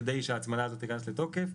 כדי שההצמדה הזאת תיכנס לתוקף.